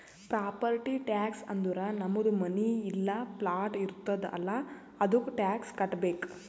property tax ಅಂದುರ್ ನಮ್ದು ಮನಿ ಇಲ್ಲಾ ಪ್ಲಾಟ್ ಇರ್ತುದ್ ಅಲ್ಲಾ ಅದ್ದುಕ ಟ್ಯಾಕ್ಸ್ ಕಟ್ಟಬೇಕ್